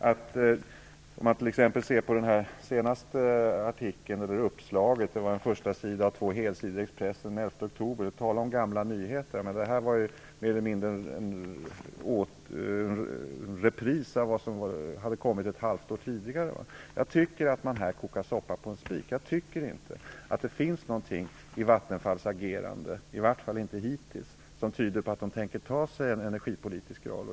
Om man t.ex. ser på det senaste uppslaget, en förstasida och två helsidor i Expressen den 11 oktober - tala om gamla nyheter men det här var mer eller mindre en repris av vad som hade publicerats ett halvår tidigare - tycker jag att man här kokar soppa på en spik. Jag tycker inte att det finns någonting i Vattenfalls agerande, i vart fall inte hittills, som tyder på att de tänker ta sig en energipolitisk roll.